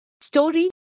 story